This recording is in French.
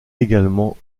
également